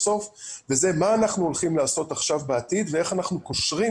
וזה מה אנחנו הולכים לעשות עכשיו בעתיד ואיך אנחנו קושרים